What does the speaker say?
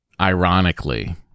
ironically